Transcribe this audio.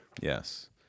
Yes